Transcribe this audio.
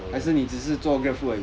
没有